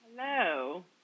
Hello